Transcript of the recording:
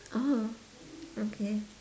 orh okay